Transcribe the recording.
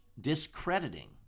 discrediting